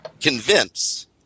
convince